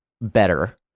better